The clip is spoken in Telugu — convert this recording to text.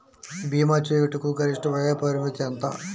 భీమా చేయుటకు గరిష్ట వయోపరిమితి ఎంత?